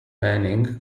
manning